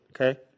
Okay